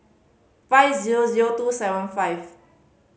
five zero zero two seven five